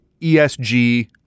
ESG